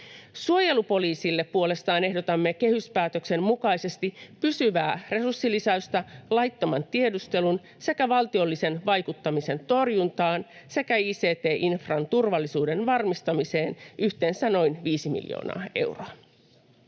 Suojelupoliisille puolestaan ehdotamme kehyspäätöksen mukaisesti pysyvää resurssilisäystä laittoman tiedustelun sekä valtiollisen vaikuttamisen torjuntaan sekä ict-infran turvallisuuden varmistamiseen, yhteensä noin viisi miljoonaa euroa.